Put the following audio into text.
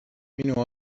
minu